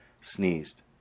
sneezed